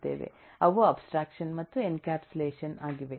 ಅವು ಅಬ್ಸ್ಟ್ರಾಕ್ಷನ್ ಮತ್ತು ಎನ್ಕ್ಯಾಪ್ಸುಲೇಷನ್ ಆಗಿವೆ